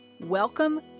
Welcome